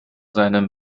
seinem